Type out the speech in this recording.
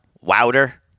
Wouter